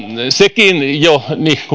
sekin jo